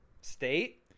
state